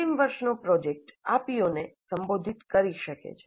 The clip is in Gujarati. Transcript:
અંતિમ વર્ષનો પ્રોજેક્ટ આ પીઓને સંબોધિત કરી શકે છે